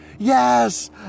Yes